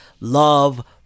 love